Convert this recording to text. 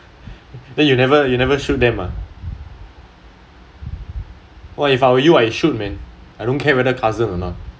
then you never you never shoot them ah !wah! if I were you I will shoot man I don't care whether cousin or not